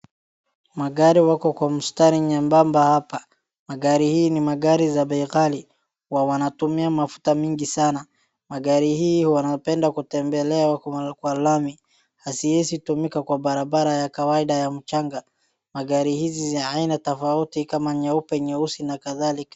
Magari wako kwa mstari nyembamba hapa. Magari hii ni ya bei ghali. Huwa wanatumia mafuta mengi sana. Magari hii wanapenda kutembelea kwa lami, haziezi tumika kwa barabara ya mchanga ya kawaida. Hayana tofauti kama nyeusi, nyeupe na kadhalika.